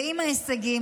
ועם ההישגים,